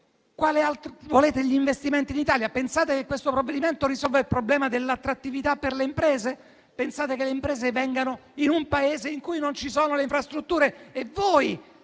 alle procure? Volete gli investimenti in Italia? Pensate che questo provvedimento risolva il problema dell'attrattività per le imprese? Pensate che le imprese vengano in un Paese in cui non ci sono le infrastrutture? Nel